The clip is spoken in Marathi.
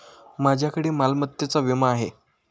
माझ्याकडे मालमत्तेचा विमा आहे